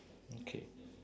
okay